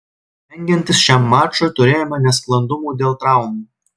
rengiantis šiam mačui turėjome nesklandumų dėl traumų